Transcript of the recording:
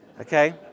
Okay